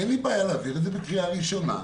אין לי בעיה להעביר את זה בקריאה ראשונה,